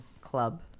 club